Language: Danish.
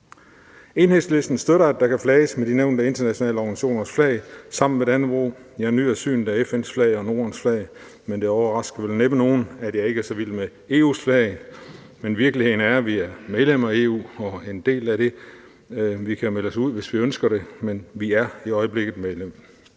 Enhedslisten støtter, at der kan flages med de nævnte internationale organisationers flag sammen med Dannebrog. Jeg nyder synet af FN's flag og Nordens flag, men det overrasker vel næppe nogen, at jeg ikke er så vild med EU's flag. Men virkeligheden er, at vi er medlem af EU og er en del af EU. Vi kan melde os ud, hvis vi ønsker det, men vi er i øjeblikket medlem.